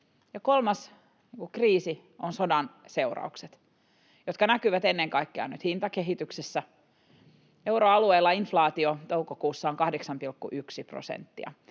kolmas kriisi on sodan seuraukset, jotka näkyvät ennen kaikkea nyt hintakehityksessä. Euroalueella inflaatio toukokuussa on 8,1 prosenttia.